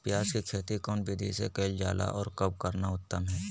प्याज के खेती कौन विधि से कैल जा है, और कब करना उत्तम है?